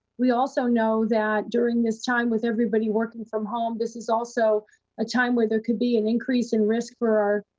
we also know that during this time, with everybody working from home, this is also a time where there could be an increase in risk for our